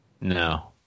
No